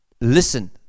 Listen